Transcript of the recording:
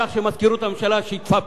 וצריך שבדוכן הזה לפחות,